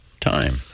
time